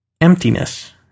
Emptiness